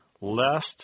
lest